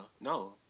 no